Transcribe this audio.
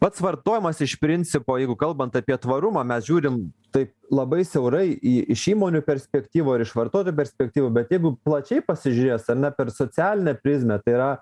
pats vartojimas iš principo jeigu kalbant apie tvarumą mes žiūrim taip labai siaurai i iš įmonių perspektyvų ar iš vartotojo perspektyvų bet jeigu plačiai pasižiūrės ar ne per socialinę prizmę tai yra